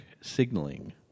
signaling